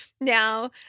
Now